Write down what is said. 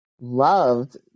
loved